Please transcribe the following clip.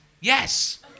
Yes